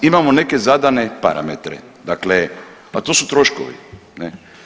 Imamo neke zadane parametre, dakle a to su troškovi.